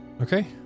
Okay